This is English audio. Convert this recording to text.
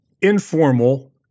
informal